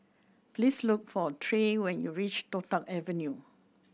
please look for Trey when you reach Toh Tuck Avenue